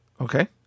okay